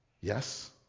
Yes